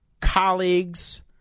colleagues